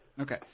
Okay